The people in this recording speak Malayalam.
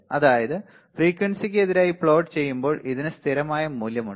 അതായത് ഫ്രീക്വൻസിക്ക് എതിരായി പ്ലോട്ട് ചെയ്യുമ്പോൾ അതിന് സ്ഥിരമായ മൂല്യമുണ്ട്